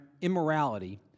immorality